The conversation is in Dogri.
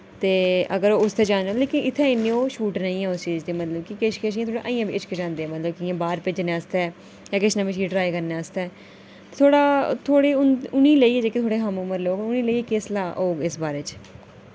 ते अगर उसदै जाना लेकिन इत्थै इन्नी ओ छूट निं ऐ उस चीज दी मतलब कि किश किश इ'यां थोह्ड़ा अजें बी हिचकिचांदे मतलब कि इ'यां बाह्र भेजने आस्तै जां किश नमीं चीज ट्राई करने आस्तै थोह्ड़ा थोह्ड़े उं'दे उ'नें लेइयै जेह्के थोह्ड़े हमउमर लोक उ'नें ई लेइयै केह् सलाह् होग इस बारे च